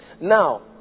now